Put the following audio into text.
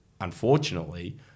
unfortunately